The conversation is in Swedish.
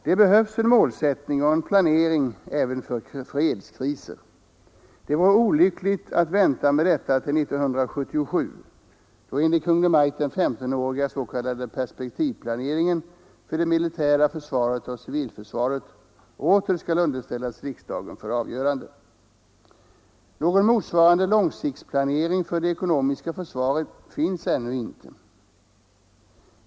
Det behövs en målsättning och en planering även för ”fredskriser”. Det vore olyckligt att vänta med detta till 1977, då enligt Kungl. Maj:t den 15-åriga s.k. perspektivplaneringen för det militära försvaret och civilförsvaret åter skall underställas riksdagen för avgörande. Någon motsvarande långsiktsplanering för det ekonomiska försvaret finns ännu inte.